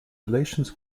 relations